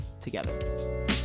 together